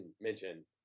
mention